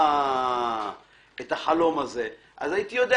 אני מבין.